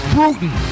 Bruton